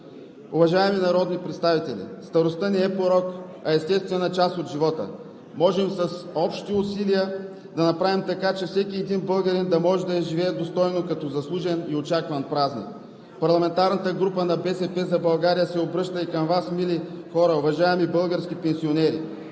Уважаеми народни представители, старостта не е порок, а естествена част от живота. Можем с общи усилия да направим така, че всеки един българин да може да я изживее достойно като заслужен и очакван празник. Парламентарната група на „БСП за България“ се обръща и към Вас, мили хора, уважаеми български пенсионери,